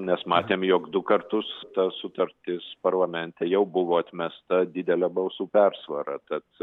nes matėm jog du kartus ta sutartis parlamente jau buvo atmesta didele balsų persvara tad